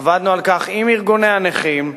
עבדנו על כך עם ארגוני הנכים.